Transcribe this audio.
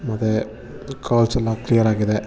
ಮತ್ತೇ ಕಾಲ್ಸ್ ಎಲ್ಲ ಕ್ಲಿಯರ್ ಆಗಿದೆ